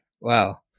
Wow